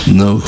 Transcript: no